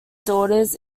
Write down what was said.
daughters